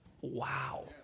Wow